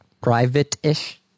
private-ish